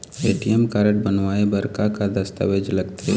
ATM card बनवाए बर का का दस्तावेज लगथे?